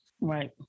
Right